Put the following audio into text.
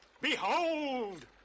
Behold